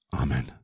Amen